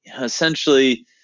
essentially